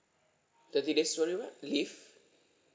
thirty days sorry what leave